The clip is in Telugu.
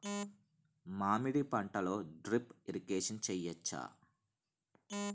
మామిడి పంటలో డ్రిప్ ఇరిగేషన్ చేయచ్చా?